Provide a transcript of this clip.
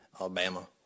Alabama